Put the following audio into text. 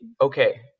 okay